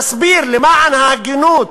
תסביר, למען ההגינות,